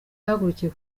yahagurukiye